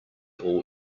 all